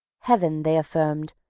heaven, they affirmed,